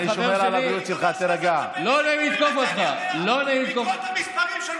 לא נכון, לא נכון,